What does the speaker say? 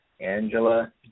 Angela